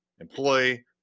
employee